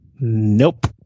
Nope